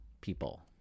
people